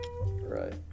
right